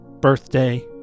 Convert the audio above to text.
birthday